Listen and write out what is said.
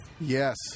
Yes